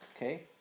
Okay